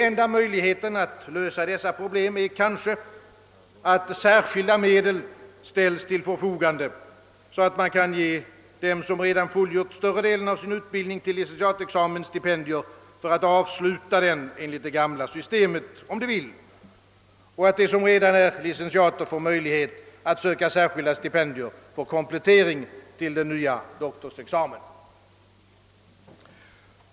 Enda möjligheten att lösa dessa problem är kanske att särskilda medel ställs till förfogande, så att man kan ge dem som redan fullgjort större delen av sin utbildning till licentiatexamen stipendier för att avsluta den enligt det gamla systemet — om de vill — och att de som redan är licentiander får möjlighet att söka särskilda stipendier för komplettering till den nya doktorsexamen.